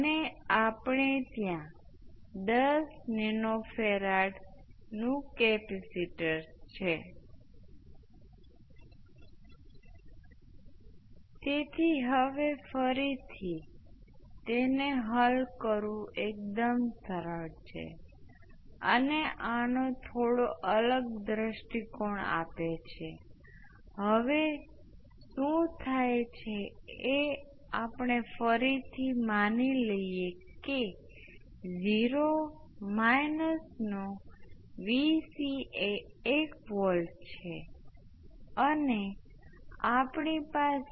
જેમ આપણે કહ્યું હતું કે કેપેસિટરના શ્રેણી જોડાણમા R કોઈપણ વચ્ચેની પ્લેટમાંથી પસાર ન થઈ શકે ત્યાં કુલ ચાર્જ અહી સમાન રહેવો જોઈએ અને આપણે સમાન નિયમ પ્રમાણે કહી શકીએ કે સ્ટેપના કિસ્સામાં ઇન્ડક્ટર્સમાં કુલ ફ્લક્ષ સમાન રહેશે